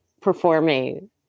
performing